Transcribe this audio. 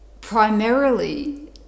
Primarily